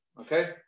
okay